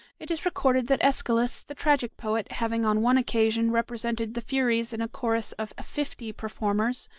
it is recorded that aeschylus, the tragic poet, having on one occasion represented the furies in a chorus of fifty performers,